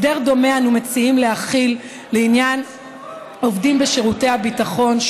הסדר דומה אנו מציעים להחיל לעניין עובדים בשירותי הביטחון,